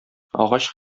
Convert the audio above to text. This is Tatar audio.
агач